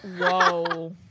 whoa